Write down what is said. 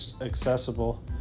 accessible